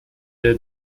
der